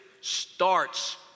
starts